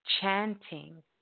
chanting